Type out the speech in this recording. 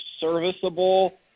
serviceable